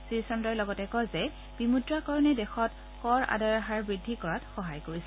শ্ৰী চন্ত্ৰই লগতে কয় যে বিমুদ্ৰাকৰণে দেশত কৰ আদায়ৰ হাৰ বৃদ্ধি কৰাত সহায় কৰিছে